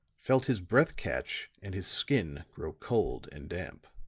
felt his breath catch and his skin grow cold and damp.